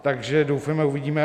Takže doufejme a uvidíme.